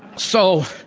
so,